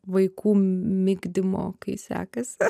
vaikų migdymo kai sekasi